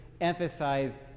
emphasize